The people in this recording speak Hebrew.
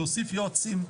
להוסיף יועצים,